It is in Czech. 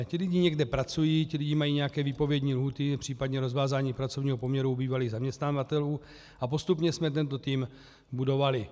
Ti lidi někde pracují, ti lidi mají nějaké výpovědní lhůty, příp. rozvázání pracovního poměru u bývalých zaměstnavatelů, a postupně jsme tento tým budovali.